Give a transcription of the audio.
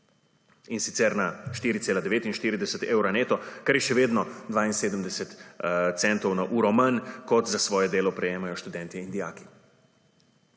in sicer na 4,49 evra neto, kar je še vedno 72 centov na uro manj, kot za svoje delo prejemajo študenti in dijaki.